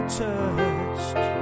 touched